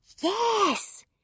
Yes